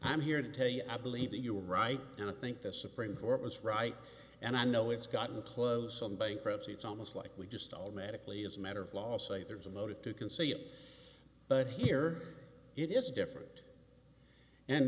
i'm here to tell you i believe that you are right and i think the supreme court was right and i know it's gotten close on bankruptcy it's almost like we just all medically as a matter of law say there's a motive to conceal but here it is different and